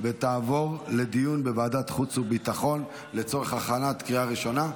ותעבור לדיון בוועדת החוץ והביטחון לצורך הכנתה לקריאה הראשונה.